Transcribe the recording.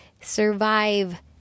survive